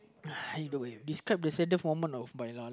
either way describe the saddest moment of my life